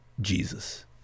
Jesus